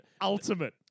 ultimate